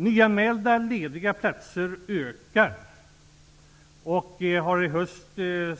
Nyanmälda lediga platser ökar, och läget har i höst